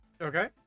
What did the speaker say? okay